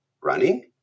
running